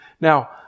Now